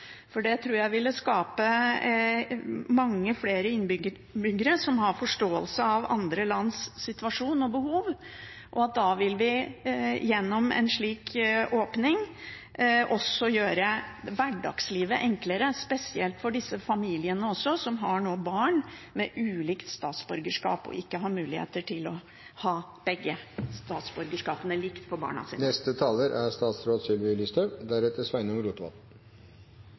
for det tror jeg ville gjøre at mange flere innbyggere får en forståelse for andre lands situasjon og behov, og at vi gjennom en slik åpning også ville gjøre hverdagslivet enklere, spesielt for de familiene som har barn med ulikt statsborgerskap, og som ikke har muligheter til å ha begge statsborgerskapene like for barna sine.